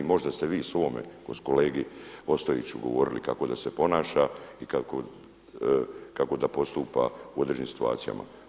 Možda ste vi svome kolegi Ostojiću govorili kako da se ponaša i kako da postupa u određenim situacijama.